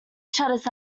shutters